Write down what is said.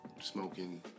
Smoking